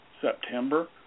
September